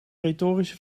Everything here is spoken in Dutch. retorische